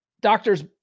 Doctors